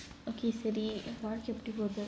okay சரி வாழ்க எப்பிடி போது:sari vazhga epidi pothu